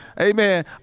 Amen